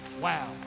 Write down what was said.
Wow